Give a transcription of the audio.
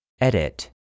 Edit